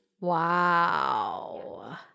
Wow